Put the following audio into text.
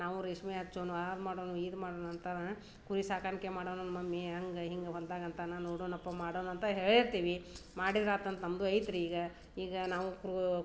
ನಾವು ರೇಷ್ಮೆ ಹಚ್ಚೋಣು ಹಾಗೆ ಮಾಡೋಣು ಈಗ ಮಾಡೋಣು ಅಂತ ಕುರಿ ಸಾಕಾಣಿಕೆ ಮಾಡೋಣು ನಮ್ಮ ಮಮ್ಮಿ ಹಂಗೆ ಹಿಂಗೆ ಹೊಲದಾಗ ಅಂತಾನ ನೋಡೋಣಪ್ಪ ಮಾಡೋಣ ಅಂತ ಹೇಳ್ತೀವಿ ಮಾಡೀರಿ ಆರು ಅಂತ ನಮ್ಮದು ಆಯಿತ್ರೀ ಈಗ ಈಗ ನಾವು ಕ್ರೂ